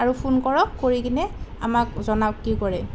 আৰু ফোন কৰক কৰি কিনে আমাক জনাওক কি কৰে